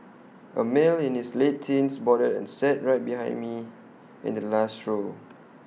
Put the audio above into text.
A male in his late teens boarded and sat right behind me in the last row